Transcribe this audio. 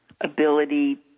ability